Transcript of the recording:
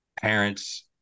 parents